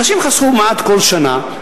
אנשים חסכו מעט כל שנה,